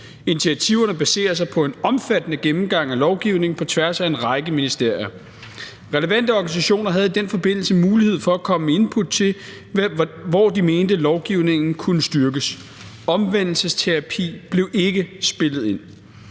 Initiativerne baserer sig på en omfattende gennemgang af lovgivningen på tværs af en række ministerier. Relevante organisationer havde i den forbindelse mulighed for at komme med input til, hvor de mente lovgivningen kunne styrkes. Omvendelsesterapi blev ikke spillet ind.